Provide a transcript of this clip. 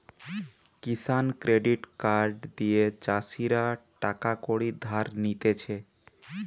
কিষান credit card দিয়ে চাষীরা টাকা কড়ি ধার নিতেছে